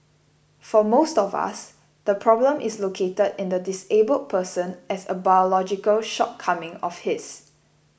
for most of us the problem is located in the disabled person as a biological shortcoming of his